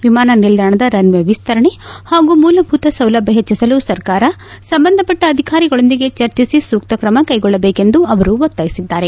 ವಿಮಾನ ನಿಲ್ದಾಣದ runway ವಿಸ್ತರಣೆ ಹಾಗೂ ಮೂಲಭೂತ ಸೌಲಭ್ಞ ಹೆಚ್ಚಿಸಲು ಸರ್ಕಾರ ಸಂಬಂಧಪಟ್ಟ ಅಧಿಕಾರಿಗಳೊಂದಿಗೆ ಚರ್ಚಿಸಿ ಸೂಕ್ತ್ರಮ ಕೈಗೊಳ್ಳಬೇಕೆಂದು ಅವರು ಒತ್ತಾಯಿಸಿದ್ದಾರೆ